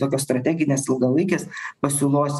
tokios strateginės ilgalaikės pasiūlos